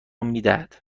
میدهد